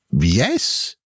Yes